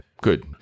good